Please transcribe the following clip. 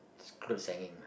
just clothes hanging ah